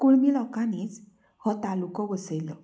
कुणबी लोकांनीच हो तालुको वसयिल्लो